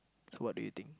so what do you think